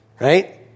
right